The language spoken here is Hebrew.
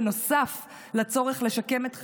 נוסף על הצורך לשקם את חייהם,